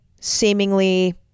seemingly